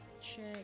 check